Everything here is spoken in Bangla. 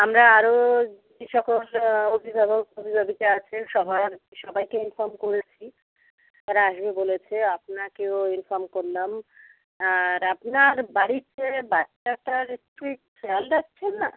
আমরা আরও যে সকল অভিভাবক অভিভাবিকা আছেন সবার সবাইকে ইনফর্ম করেছি তারা আসবে বলেছে আপনাকেও ইনফর্ম করলাম আর আপনার বাড়িতে বাচ্চাটার কি খেয়াল রাখছেন না